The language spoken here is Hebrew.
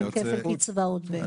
מי שנמצא בחוץ --- אין כפל קצבאות בעצם.